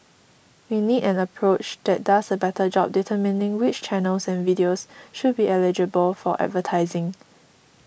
we need an approach that does a better job determining which channels and videos should be eligible for advertising